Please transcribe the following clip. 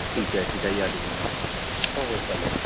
ठीक आहे ठीक आहे या तुम्ही हो हो चालेल